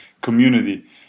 community